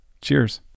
Cheers